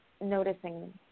noticing